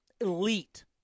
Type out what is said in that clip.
Elite